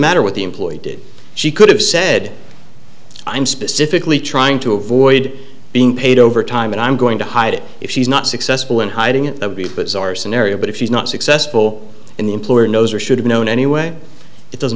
matter what the employee did she could have said i'm specifically trying to avoid being paid over time and i'm going to hide it if she's not successful in hiding it that way but it's our scenario but if she's not successful in the employer knows or should have known anyway it doesn't